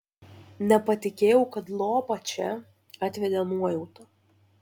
nepatikėjau kad lopą čia atvedė nuojauta